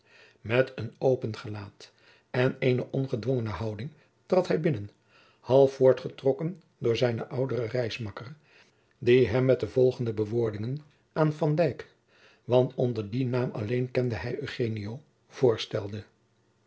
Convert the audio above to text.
met een open gelaat en eene ongedwongene houding trad hij binnen half voortgetrokken door zijnen ouderen reismakker die hem met de volgende bewoordingen aan van dyk want onder dien naam alleen kende hij eugenio voorstelde